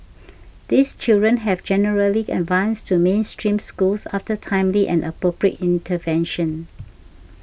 these children have generally advanced to mainstream schools after timely and appropriate intervention